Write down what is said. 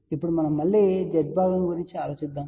ఇప్పుడు మనం మళ్ళీ Z భాగం గురించి ఆలోచిద్దాం